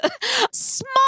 Small